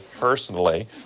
personally